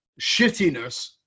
shittiness